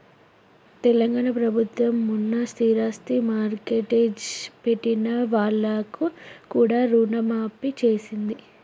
తెలంగాణ ప్రభుత్వం మొన్న స్థిరాస్తి మార్ట్గేజ్ పెట్టిన వాళ్లకు కూడా రుణమాఫీ చేసింది